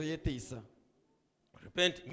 Repent